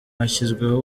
hashyizweho